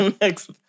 next